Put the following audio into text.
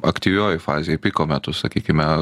aktyvioji fazė piko metu sakykime